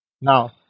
Now